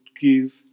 give